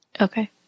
Okay